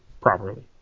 properly